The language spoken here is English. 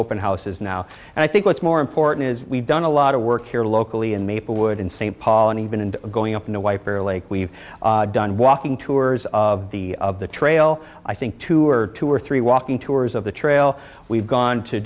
open houses now and i think what's more important is we've done a lot of work here locally in maplewood in st paul and even in going up in the white bear lake we've done walking tours of the of the trail i think two or two or three walking tours of the trail we've gone to